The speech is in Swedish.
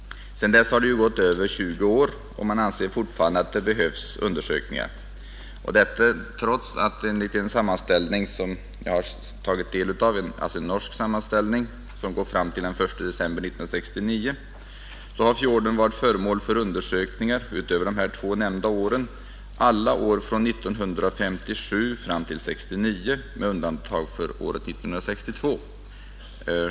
Sedan dess har det gått över 20 år, och man anser fortfarande att det behövs undersökningar. Ändå har enligt en sammanställning, som jag har tagit del av — det är alltså en norsk sammanställning, som går fram till den 1 december 1969 — fjorden varit föremål för undersökningar, utöver de nämnda två åren, alla år från 1957 till 1969 med undantag för 1962.